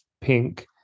pink